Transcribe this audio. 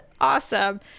awesome